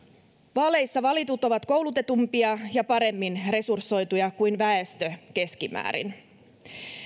vaaleissa valitut ovat koulutetumpia ja paremmin resursoituja kuin väestö keskimäärin